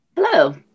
Hello